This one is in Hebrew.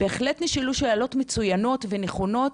בהחלט נשאלו שאלות מצוינות ונכונות,